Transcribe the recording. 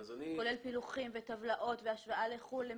כולל פילוחים וטבלאות והשוואה לחו"ל.